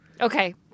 okay